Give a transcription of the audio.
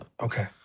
Okay